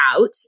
out